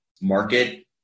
market-